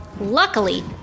Luckily